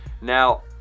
Now